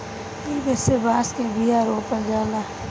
इ विधि से बांस के बिया रोपल जाला